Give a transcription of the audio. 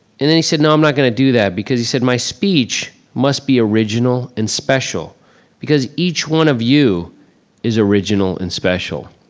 and then he said, no, i'm not gonna do that, because he said, my speech must be original and special because each one of you is original and special.